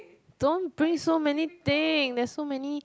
don't bring so many thing there's so many